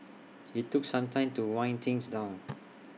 IT took some time to wind things down